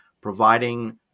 providing